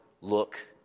look